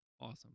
awesome